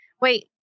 wait